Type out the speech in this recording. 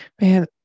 man